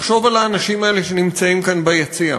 לחשוב על האנשים האלה שנמצאים כאן, ביציע,